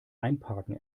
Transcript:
einparken